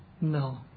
no